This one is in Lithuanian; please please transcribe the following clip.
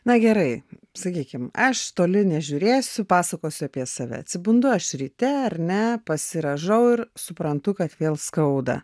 na gerai sakykim aš toli nežiūrėsiu pasakosiu apie save atsibundu aš ryte ar ne pasirąžau ir suprantu kad vėl skauda